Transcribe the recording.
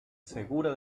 segura